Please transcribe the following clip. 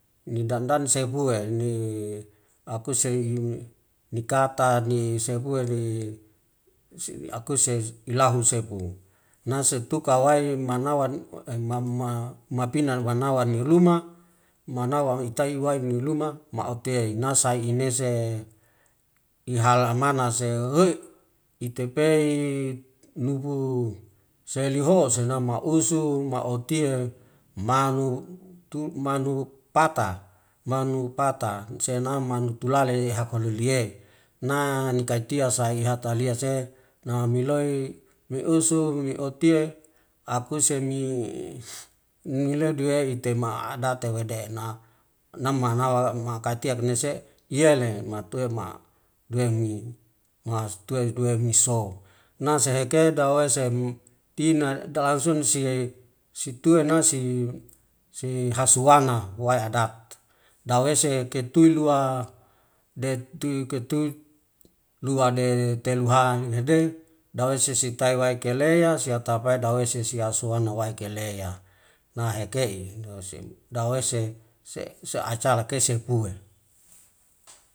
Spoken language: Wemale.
Nidandan sepue ni akuse nikata ni sepue ni akuse ilehu sepu nase tuka wae manawa mapina wana niluma maute nasa'i inese nihal mana se oii itepei nugu seliho senama usu maotia malu pata, manu pata senaman tulale hakolelue. Na niki tia sai lihatalia se namiloi meusu miotie akuse mi milediyei tema adete wede na, na manawa ma kai tia unese iyele matue ma duemi mi sou. Nase heke daweise tina daan sunu sihe situi nasi sihasu wana uwai adat, dawese hetitui lua luade teluha'an ede dawese sitai wai kele'a sihatapai dawese sisihasuana wai kele'a na heke'i dawese se se acala kese pue.